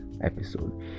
episode